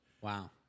Wow